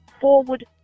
forward